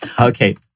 okay